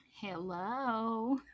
Hello